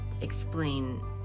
explain